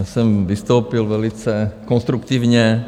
Já jsem vystoupil velice konstruktivně.